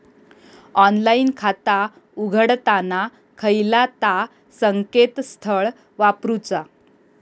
Online खाता उघडताना खयला ता संकेतस्थळ वापरूचा?